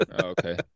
okay